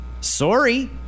Sorry